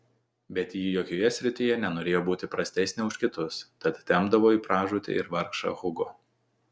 bet ji jokioje srityje nenorėjo būti prastesnė už kitus tad tempdavo į pražūtį ir vargšą hugo